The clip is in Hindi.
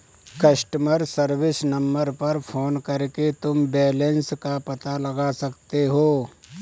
कस्टमर सर्विस नंबर पर फोन करके तुम बैलन्स का पता लगा सकते हो